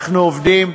אנחנו עובדים,